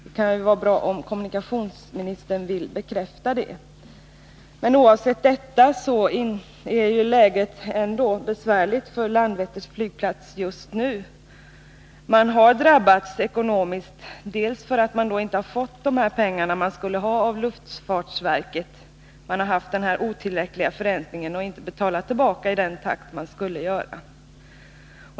Det vore bra om kommunikationsministern ville bekräfta det. Oavsett detta är läget emellertid besvärligt för Landvetters flygplats just nu. Bolaget har drabbats ekonomiskt av att man inte har fått pengarna från luftfartsverket, som har haft den här otillräckliga förräntningen och inte betalat tillbaka i den takt som verket skulle göra.